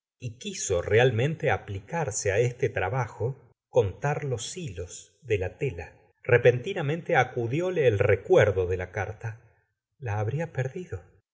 y quiso realmente aplicarse á este trabajo contar los hilos de la tela repentinamente acudióle el sula se ora de eovaky recuerdo de la carta la habría perdido